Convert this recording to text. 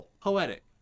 poetic